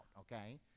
okay